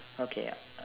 okay uh